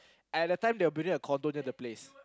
and at that time they were building a condo near the place